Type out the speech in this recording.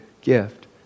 gift